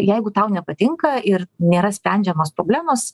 jeigu tau nepatinka ir nėra sprendžiamos problemos